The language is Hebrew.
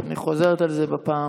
אני חוזרת על זה בפעם